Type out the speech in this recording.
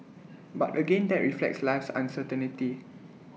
but again that reflects life's uncertainty